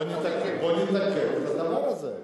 בוא נתקן את הדבר הזה.